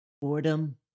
Boredom